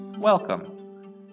Welcome